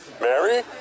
Mary